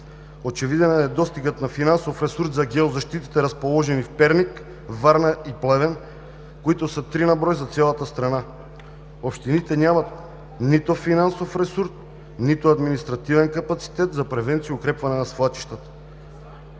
Очевиден е недостигът на финансов ресурс за геозащитите, разположени в Перник, Варна и Плевен, които са три на брой за цялата страна. Общините нямат нито финансов ресурс, нито административен капацитет за превенция и укрепване на свлачищата.